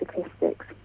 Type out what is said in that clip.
statistics